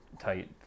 tight